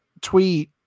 tweet